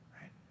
right